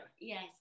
Yes